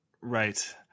Right